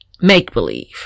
make-believe